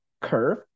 curve